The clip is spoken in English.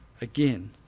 again